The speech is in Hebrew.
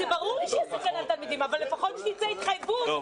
זה ברור שיש סכנה לתלמידים,